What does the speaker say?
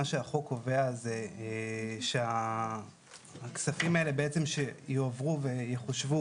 מה שהחוק קובע הוא שהכספים האלה בעצם שיועברו ויחושבו,